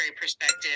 perspective